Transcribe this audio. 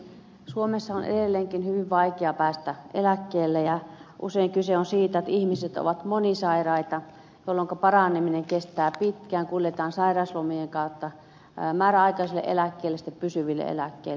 suomessa on edelleenkin hyvin vaikea päästä eläkkeelle ja usein kyse on siitä että ihmiset ovat monisairaita jolloinka paraneminen kestää pitkään kuljetaan sairauslomien kautta määräaikaiselle eläkkeelle sitten pysyville eläkkeille